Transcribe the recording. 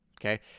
okay